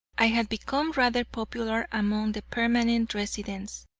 i had become rather popular among the permanent residents.